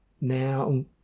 Now